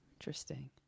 Interesting